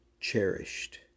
cherished